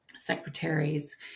secretaries